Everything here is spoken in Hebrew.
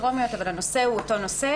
בקריאה הטרומיות אבל הנושא הוא אותו נושא.